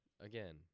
Again